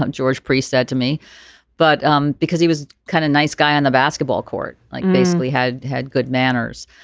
um george priest said to me but um because he was kind of nice guy on the basketball court like basically had had good manners.